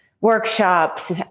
workshops